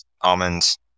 almonds